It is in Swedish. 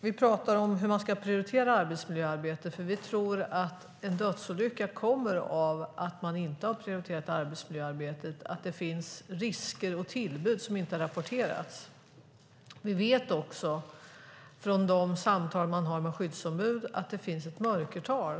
Vi talar om hur man ska prioritera arbetsmiljöarbetet, för vi tror att en dödsolycka kommer av att man inte har prioriterat arbetsmiljöarbetet - att det finns risker och tillbud som inte har rapporterats. Vi vet också från de samtal vi har med skyddsombud att det finns ett mörkertal.